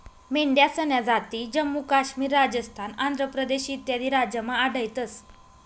मेंढ्यासन्या जाती जम्मू काश्मीर, राजस्थान, आंध्र प्रदेश इत्यादी राज्यमा आढयतंस